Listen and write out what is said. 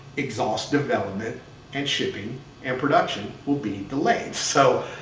exhaust development and shipping and production will be delayed. so